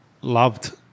loved